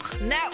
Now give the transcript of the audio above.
no